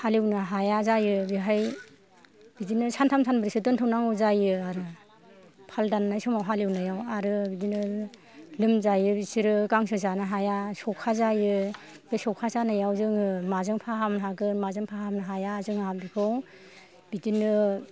हालेवनो हाया जायो बेहाय बिदिनो सानथाम सानब्रैसो दोनथ'नांगौ जायो आरो फाल दाननाय समाव हालेवनायाव आरो बिदिनो लोमजायो बिसोरो गांसो जानो हाया सौखा जायो बे सौखा जानायाव जोङो माजों फाहामनो हागोन माजों फाहामनो हाया जोंहा बेखौ बिदिनो